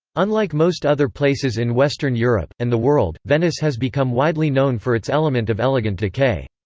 unlike most other places in western europe, and the world, venice has become widely known for its element of elegant decay.